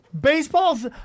Baseball's